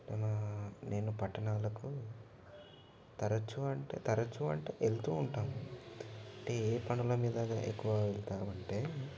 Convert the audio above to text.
మన నేను పట్టణాలకు తరచు అంటే తరచు అంటే వెళ్తూ ఉంటాను అంటే ఏ పనుల మీద ఎక్కువగా వెళ్తావు అంటే